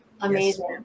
Amazing